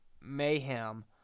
mayhem—